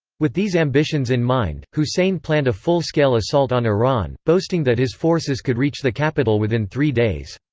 with these ambitions in mind, hussein planned a full-scale assault on iran, boasting that his forces could reach the capital within three days.